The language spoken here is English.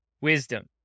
Wisdom